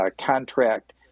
contract